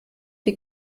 die